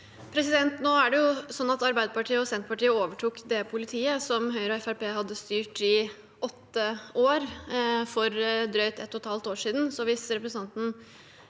Nå er det sånn at Arbeiderpartiet og Senterpartiet overtok det politiet som Høyre og Fremskrittspartiet hadde styrt i åtte år, for drøyt ett og et halvt år siden. Så hvis representanten